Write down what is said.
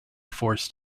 forced